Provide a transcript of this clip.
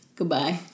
Goodbye